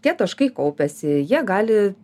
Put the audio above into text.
tie taškai kaupiasi jie gali